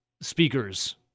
speakers